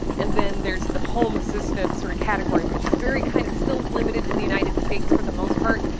and then there's the home assistance sort of category which is very kind of still limited to the united states for the most part.